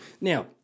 Now